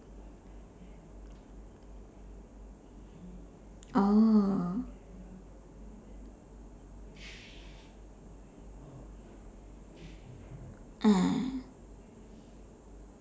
oh ah